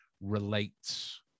relates